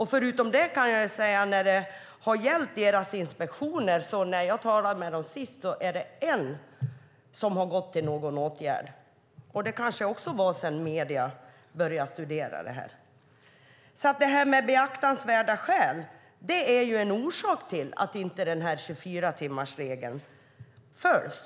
Förutom det kan jag säga när det gäller deras inspektioner att när jag talade med dem senast var det ett fall som hade gått till någon åtgärd. Det kanske också var sedan medierna började studera det här. Detta med beaktansvärda skäl är alltså en orsak till att 24-timmarsregeln inte följs.